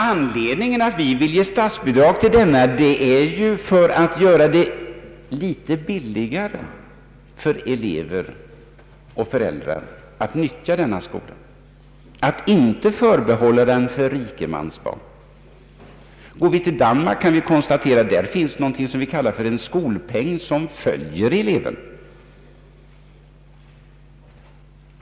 Anledningen till att vi vill ge statsbidrag till denna enskilda sektor är att vi vill göra det litet billigare för elever och föräldrar att nyttja denna skolform — att den inte förbehålls rikemansbarn. Går vi till Danmark kan vi konstatera att där finns någonting som kallas för en skolpeng som följer eleven.